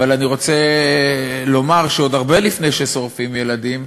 אבל אני רוצה לומר שעוד הרבה לפני ששורפים ילדים,